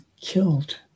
killed